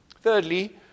Thirdly